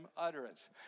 utterance